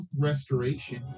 Restoration